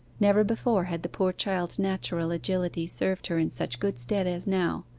never before had the poor child's natural agility served her in such good stead as now.